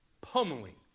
pummeling